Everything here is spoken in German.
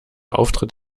auftritt